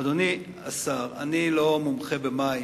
אדוני השר, אני לא מומחה במים,